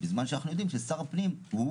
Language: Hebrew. בזמן שאנחנו יודעים ששר הפנים הוא